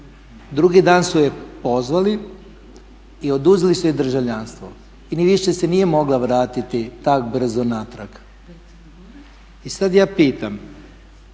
drugi dan su je pozvali i oduzeli su joj državljanstvo i više se nije mogla vratiti tako brzo natrag. I sad ja pitam